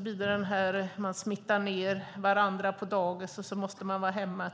Barnen smittar ned varandra på dagis, och sedan måste man vara hemma.